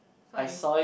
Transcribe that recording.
what is